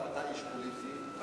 אתה איש פוליטי,